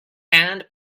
hand